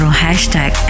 hashtag